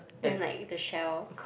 then like the shell